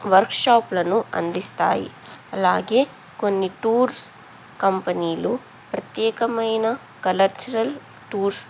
వర్క్షాప్లను అందిస్తాయి అలాగే కొన్ని టూర్స్ కంపెనీలు ప్రత్యేకమైన కల్చరల్ టూర్స్